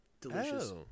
Delicious